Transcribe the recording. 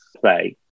play